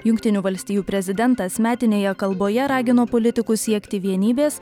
jungtinių valstijų prezidentas metinėje kalboje ragino politikus siekti vienybės